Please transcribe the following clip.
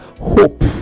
hope